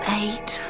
eight